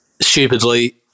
stupidly